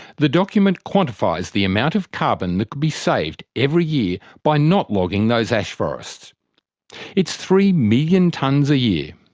the document quantifies the amount of carbon that could be saved every year by not logging those ash forests it's three million tonnes a year.